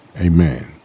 amen